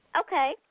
Okay